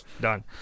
Done